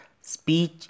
speech